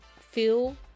Feel